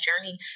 journey